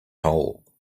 hole